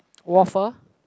waffle